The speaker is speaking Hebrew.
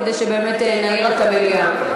כדי שבאמת נעיר את המליאה.